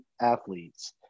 athletes